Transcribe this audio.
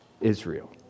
Israel